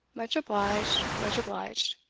much obliged, much obliged.